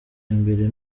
imbere